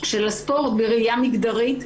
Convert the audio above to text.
של הספורט בראייה מגדרית.